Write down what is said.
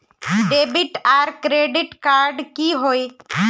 Debit आर credit card की होय?